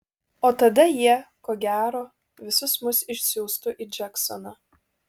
o tada jie ko gero visus mus išsiųstų į džeksoną